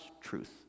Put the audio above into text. truth